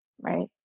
Right